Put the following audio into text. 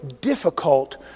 difficult